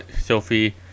Sophie